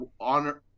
on